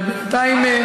אבל בינתיים,